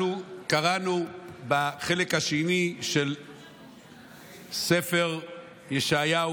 אנחנו קראנו בחלק השני של ספר ישעיהו